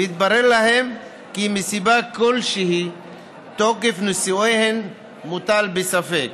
ויתברר להם כי מסיבה כלשהי תוקף נישואיהם מוטל בספק,